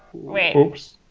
wait. oops.